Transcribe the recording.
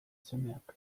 semeak